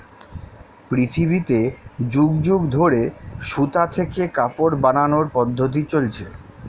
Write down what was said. পৃথিবীতে যুগ যুগ ধরে সুতা থেকে কাপড় বানানোর পদ্ধতি চলছে